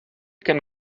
can